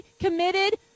committed